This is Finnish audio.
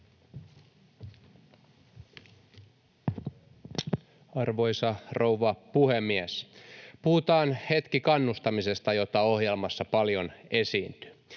Arvoisa rouva puhemies! Puhutaan hetki kannustamisesta, jota ohjelmassa paljon esiintyy.